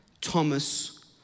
Thomas